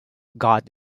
god